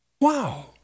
Wow